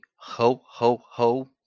ho-ho-ho